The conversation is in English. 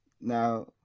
Now